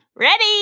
Ready